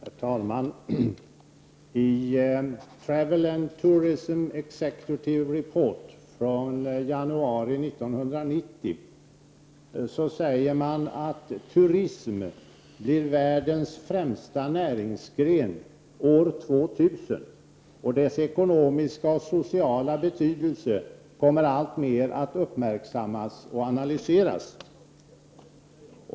Herr talman! I Travel and Tourism Executive Report från januari 1990 sägs att: ”Turism blir världens främsta näringsgren år 2000, och dess ekonomiska och sociala betydelse kommer alltmer att uppmärksammas och analyseras”.